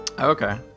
Okay